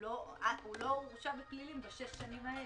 הוא לא הורשע בפלילים בשש שנים האלה.